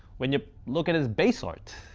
when you look at his base art.